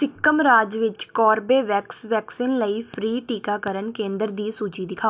ਸਿੱਕਮ ਰਾਜ ਵਿੱਚ Corbevax vaccine ਲਈ ਫ੍ਰੀ ਟੀਕਾਕਰਨ ਕੇਂਦਰ ਦੀ ਸੂਚੀ ਦਿਖਾਓ